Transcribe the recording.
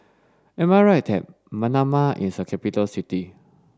am I right Manama is a capital city